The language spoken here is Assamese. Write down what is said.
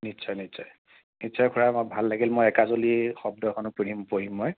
নিশ্চয় নিশ্চয় নিশ্চয় খুৰা বৰ ভাল লাগিল মই একাঁজলি শব্দখনো খুলিম পঢ়িম মই